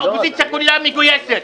האופוזיציה כולה מגויסת.